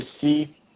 see